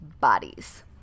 bodies